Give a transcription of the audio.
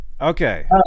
Okay